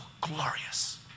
glorious